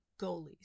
goalies